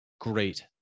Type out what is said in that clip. Great